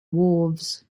wharves